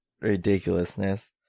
ridiculousness